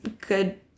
good